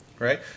right